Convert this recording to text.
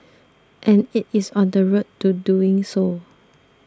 and it is on the road to doing so